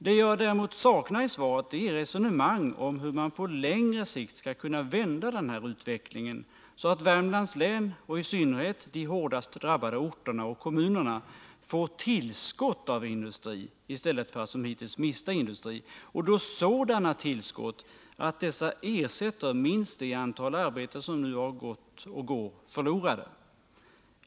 Det jag däremot saknar i svaret är resonemang om hur man på längre sikt skall kunna vända den här utvecklingen, så att Värmlands län och i synnerhet de hårdast drabbade orterna och kommunerna får tillskott av industri i stället för att som hittills mista industri och då sådana tillskott, att dessa ersätter minst det antal arbeten som nu har gått och går förlorade.